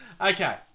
Okay